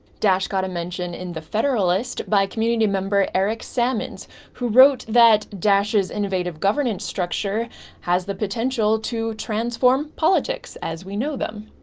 dash got a mention in the federalist by community member eric sammons who wrote that dash's innovative governance structure has the potential to transform politics as we know them.